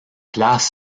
place